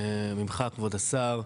ממך כבוד השר,